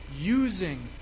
using